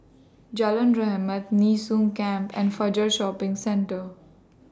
Jalan Rahmat Nee Soon Camp and Fajar Shopping Centre